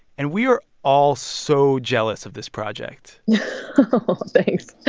and we are all so jealous of this project yeah thanks.